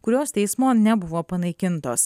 kurios teismo nebuvo panaikintos